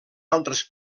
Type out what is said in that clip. altres